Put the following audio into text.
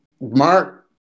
mark